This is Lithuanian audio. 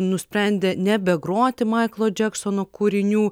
nusprendė nebegroti maiklo džeksono kūrinių